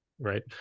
Right